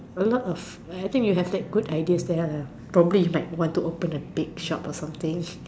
a lot of I think you have like good ideas there lah probably you might want to open a bake shop or something